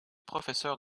professeur